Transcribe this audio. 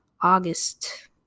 august